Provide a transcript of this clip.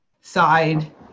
side